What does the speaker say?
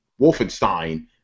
Wolfenstein